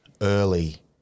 early